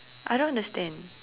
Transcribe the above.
I don't understand